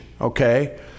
okay